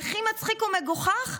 והכי מצחיק ומגוחך,